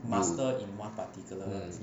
mm